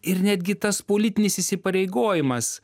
ir netgi tas politinis įsipareigojimas